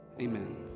Amen